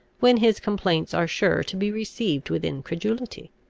when his complaints are sure to be received with incredulity?